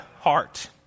heart